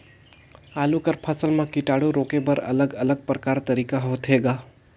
आलू कर फसल म कीटाणु रोके बर अलग अलग प्रकार तरीका होथे ग?